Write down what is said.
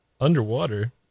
underwater